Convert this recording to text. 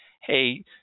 Hey